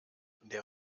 der